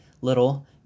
Little